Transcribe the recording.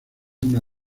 una